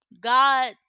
God